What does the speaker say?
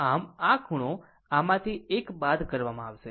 આમ આ ખૂણો આમાંથી એક બાદ કરવામાં આવશે